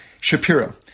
Shapiro